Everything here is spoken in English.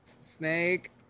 Snake